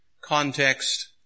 context